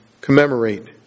commemorate